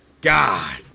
God